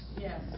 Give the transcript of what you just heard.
Yes